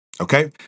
okay